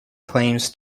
claims